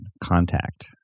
contact